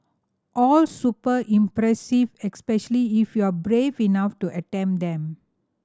all super impressive especially if you are brave enough to attempt them